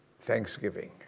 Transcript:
Thanksgiving